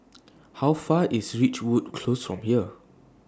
How Far IS Ridgewood Close from here